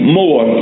more